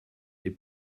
est